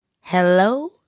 hello